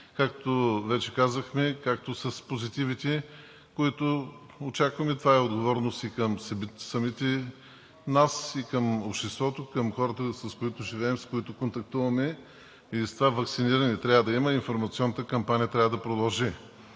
както вече казахме – както с позитивите, които очакваме, това е отговорност и към самите нас, и към обществото и към хората, с които живеем и с които контактуваме. С това ваксиниране трябва да има и да продължи информационната кампания. Но е редно